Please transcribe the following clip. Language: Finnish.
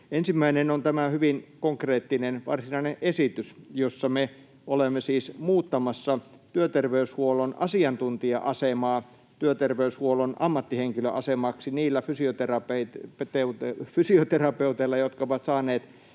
Ensimmäinen on tämä hyvin konkreettinen, varsinainen esitys, jossa me olemme siis muuttamassa työterveyshuollon asiantuntija-asemaa työterveyshuollon ammattihenkilöasemaksi niillä fysioterapeuteilla, jotka ovat saaneet